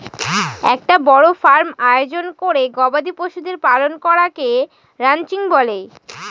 একটা বড় ফার্ম আয়োজন করে গবাদি পশুদের পালন করাকে রানচিং বলে